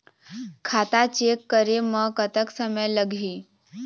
खाता चेक करे म कतक समय लगही?